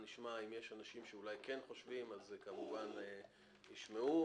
אם יש אנשים שכן חושבים שצריך שינוי אז כמובן הם יישמעו.